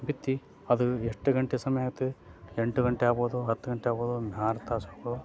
ಬಿತ್ತಿ ಅದು ಎಷ್ಟು ಗಂಟೆ ಸಮಯ ಆಗುತ್ತೆ ಎಂಟು ಗಂಟೆ ಆಗ್ಬೋದು ಹತ್ತು ಗಂಟೆ ಆಗ್ಬೋದು ಒಂದು ಆರು ತಾಸು ಆಗ್ಬೋದು